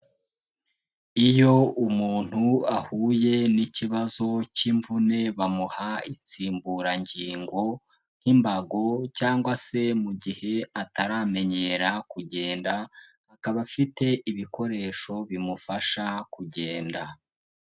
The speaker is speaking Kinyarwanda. Iyo umuntu ahuye n'ikibazo cy'imvune bamuha insimburangingo nk'imbago cyangwa se mu gihe ataramenyera kugenda, akaba afite ibikoresho bimufasha kugenda.